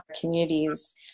communities